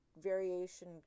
variation